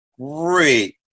great